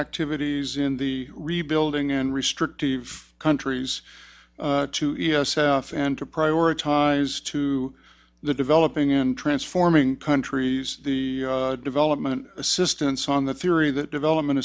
activities in the rebuilding and restrictive countries to the south and to prioritize to the developing in transforming countries the development assistance on the theory that development